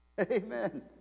Amen